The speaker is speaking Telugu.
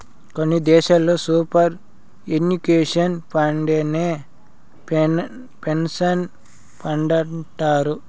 కొన్ని దేశాల్లో సూపర్ ఎన్యుషన్ ఫండేనే పెన్సన్ ఫండంటారు